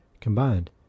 combined